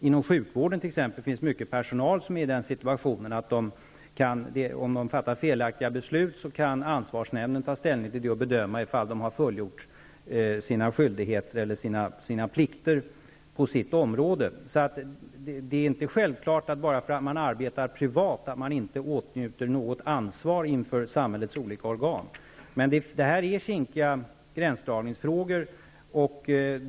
Inom sjukvården, t.ex., finns det mycket personal som har ett sådant ansvar att om någon fattar ett felaktigt beslut, kan ansvarsnämnden ta ställning till det och bedöma om han eller hon har fullgjort sina skyldigheter och plikter. Bara för att man arbetar privat är det inte självklart att man inte har något ansvar inför samhällets olika organ. Detta är kinkiga gränsdragningsfrågor.